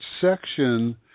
section